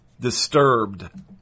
Disturbed